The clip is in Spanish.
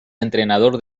entrenador